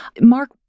Mark